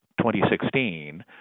2016